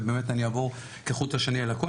ובאמת אני אעבור כחוט השני על הכול.